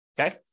okay